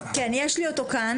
כן, יש לי אותו כאן.